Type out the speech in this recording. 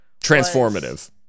Transformative